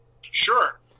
Sure